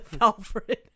Alfred